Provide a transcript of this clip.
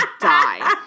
die